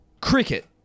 Cricket